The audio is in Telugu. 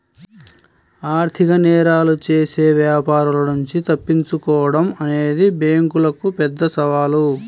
ఆర్థిక నేరాలు చేసే వ్యాపారుల నుంచి తప్పించుకోడం అనేది బ్యేంకులకు పెద్ద సవాలు